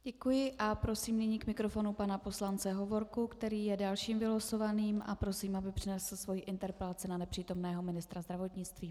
Děkuji a prosím nyní k mikrofonu pana poslance Hovorku, který je dalším vylosovaným, a prosím, aby přednesl svou interpelaci na nepřítomného ministra zdravotnictví.